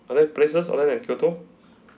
are there places other than kyoto